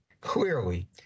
Clearly